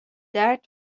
درد